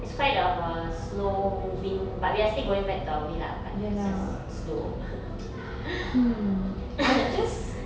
it's quite of a slow moving but we are still going back to our way lah but it's just slow